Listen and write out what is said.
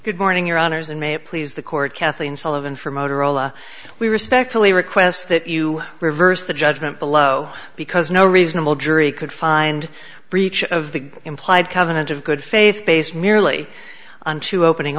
good morning your honour's and may it please the court kathleen sullivan for motorola we respectfully request that you reverse the judgment below because no reasonable jury could find a breach of the implied covenant of good faith based merely on two opening